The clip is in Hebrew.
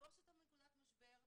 לתפוס אותם בנקודת משבר,